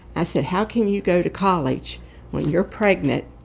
i said, how can you go to college when you're pregnant,